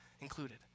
included